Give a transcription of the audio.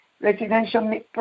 residential